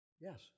Yes